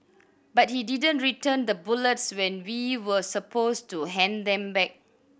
but he didn't return the bullets when we were supposed to hand them back